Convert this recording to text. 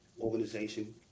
organization